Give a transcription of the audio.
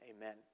amen